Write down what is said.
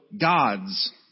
God's